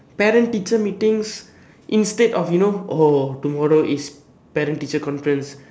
parent teacher meetings instead of you know oh tomorrow is parent teacher conference